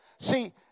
See